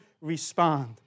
respond